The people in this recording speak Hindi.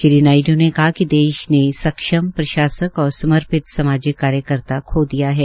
श्री नायड् ने कहा कि देश ने सक्षम प्रशासक और समर्पित सामाजिक कार्यकर्ता खो दिया है